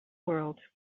world